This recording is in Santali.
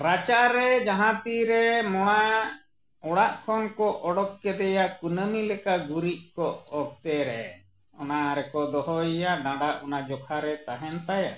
ᱨᱟᱪᱟᱨᱮ ᱡᱟᱦᱟᱸ ᱛᱤᱨᱮ ᱱᱚᱣᱟ ᱚᱲᱟᱜ ᱠᱷᱚᱱ ᱠᱚ ᱚᱰᱚᱠ ᱠᱮᱫᱮᱭᱟ ᱠᱩᱱᱟᱹᱢᱤ ᱞᱮᱠᱟ ᱜᱩᱨᱤᱡ ᱠᱚ ᱚᱠᱛᱮᱨᱮ ᱚᱱᱟ ᱨᱮᱠᱚ ᱫᱚᱦᱚᱭᱮᱭᱟ ᱰᱟᱸᱰᱟ ᱚᱱᱟ ᱡᱚᱠᱷᱟᱨᱮ ᱛᱟᱦᱮᱱ ᱛᱟᱭᱟ